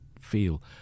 feel